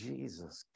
Jesus